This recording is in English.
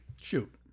Shoot